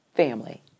family